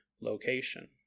location